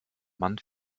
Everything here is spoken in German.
man